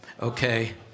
Okay